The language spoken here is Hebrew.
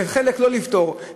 וחלק לא לפטור?